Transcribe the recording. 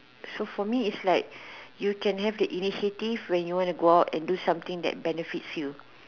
so for me is like you can have the initiative when you want to go out and do something that benefits you